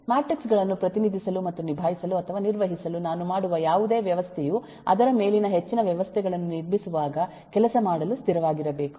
matrix ಗಳನ್ನು ಪ್ರತಿನಿಧಿಸಲು ಮತ್ತು ನಿಬಾಯಿಸಲು ಅಥವಾ ನಿರ್ವಹಿಸಲು ನಾನು ಮಾಡುವ ಯಾವುದೇ ವ್ಯವಸ್ಥೆಯು ಅದರ ಮೇಲೆ ಹೆಚ್ಚಿನ ವ್ಯವಸ್ಥೆಗಳನ್ನು ನಿರ್ಮಿಸುವಾಗ ಕೆಲಸ ಮಾಡಲು ಸ್ಥಿರವಾಗಿರಬೇಕು